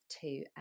two